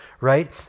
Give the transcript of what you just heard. right